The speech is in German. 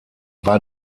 war